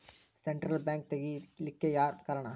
Central bank ತಗಿಲಿಕ್ಕೆಯಾರ್ ಕಾರಣಾ?